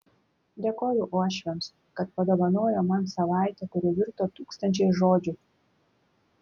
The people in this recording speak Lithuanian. dėkoju uošviams kad padovanojo man savaitę kuri virto tūkstančiais žodžių